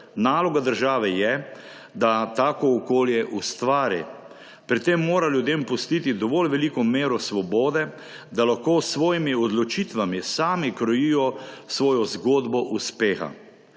Naloga države je, da tako okolje ustvari. Pri tem mora ljudem pustiti dovolj veliko mero svobode, da lahko s svojimi odločitvami sami krojijo svojo zgodbo uspeha.